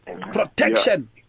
protection